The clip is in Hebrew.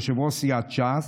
יו"ר סיעת ש"ס,